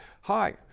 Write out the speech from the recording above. Hi